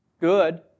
good